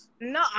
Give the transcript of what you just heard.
No